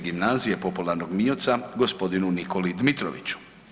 Gimnazije popularnog MIOC-a gospodinu Nikoli Dimitroviću.